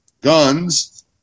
guns